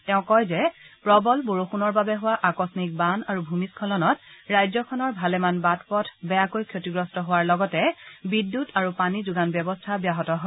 তেওঁ কয় যে প্ৰবল বৰষূণৰ বাবে হোৱা আকস্মিক বান আৰু ভূমি স্বলনত ৰাজ্যখনৰ ভালেমান বাটপথ বেয়াকৈ ক্ষতিগ্ৰস্ত হোৱাৰ লগতে বিদ্যুৎ আৰু পানী যোগান ব্যৱস্থা ব্যাহত হয়